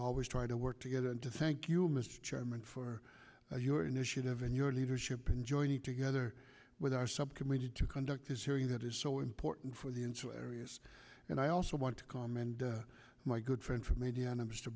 always try to work together to thank you mr chairman for your initiative and your leadership in joining together with our subcommittee to conduct this hearing that is so important for the in two areas and i also want to commend my good friend from indiana mr